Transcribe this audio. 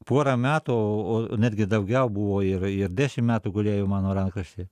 pora metų o netgi daugiau buvo ir ir dešim metų gulėjo mano rankraščiai